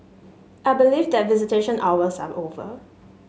I believe that visitation hours are over